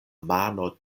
mano